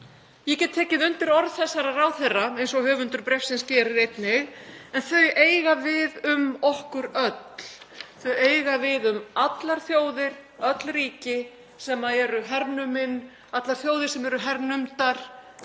Ég get tekið undir orð þessara ráðherra eins og höfundur bréfsins gerir einnig, en þau eiga við um okkur öll. Þau eiga við um allar þjóðir, öll ríki sem eru hernumin, allar þjóðir sem eru hernumdar,